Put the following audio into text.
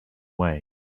way